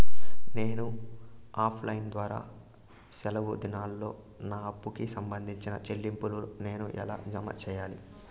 నేను offline ద్వారా సెలవు దినాల్లో నా అప్పుకి సంబంధించిన చెల్లింపులు నేను ఎలా జామ సెయ్యాలి?